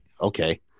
okay